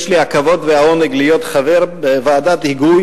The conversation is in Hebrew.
יש לי הכבוד והעונג להיות חבר בוועדת היגוי